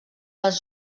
les